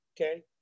Okay